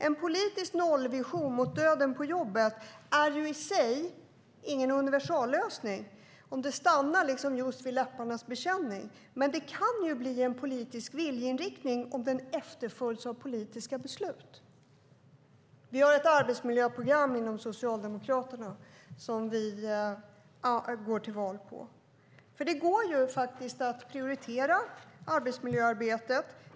En politisk nollvision i fråga om döden på jobbet är i sig ingen universallösning om den stannar vid just läpparnas bekännelse. Men den kan bli en politisk viljeinriktning om den efterföljs av politiska beslut. Vi har ett arbetsmiljöprogram inom Socialdemokraterna som vi går till val på. Det går faktiskt att prioritera arbetsmiljöarbetet.